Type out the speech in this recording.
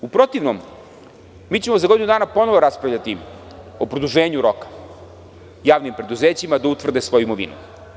U protivnom, mi ćemo za godinu danaponovo raspravljati o produženju roka javnim preduzećima da utvrde svoju imovinu.